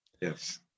yes